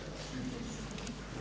Hvala